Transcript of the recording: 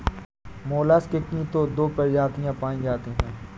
mollusc की तो दो प्रजातियां पाई जाती है